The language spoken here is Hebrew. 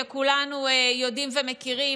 שכולנו יודעים ומכירים,